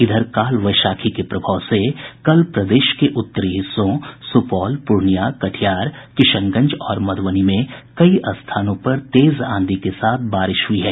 इधर काल वैशाखी के प्रभाव से कल प्रदेश के उत्तरी हिस्सों सुपौल पूर्णिया कटिहार किशनगंज और मधुबनी में कई स्थानों पर तेज आंधी के साथ बारिश हुई है